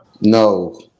No